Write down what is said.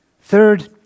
Third